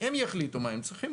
הם יחליטו מה הם צריכים,